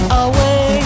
away